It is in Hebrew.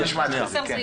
בוא נשמע את חזי.